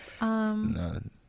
None